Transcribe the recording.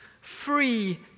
free